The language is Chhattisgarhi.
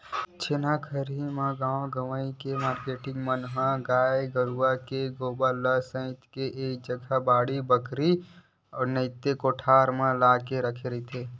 छेना खरही गाँव गंवई म मारकेटिंग मन ह गाय गरुवा के गोबर ल सइत के एक जगा बाड़ी बखरी नइते कोठार म लाके रखथे